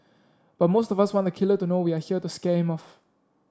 but most of us want the killer to know we are here to scare him off